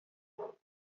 południa